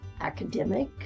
academic